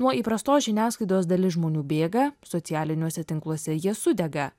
nuo įprastos žiniasklaidos dalis žmonių bėga socialiniuose tinkluose jie sudega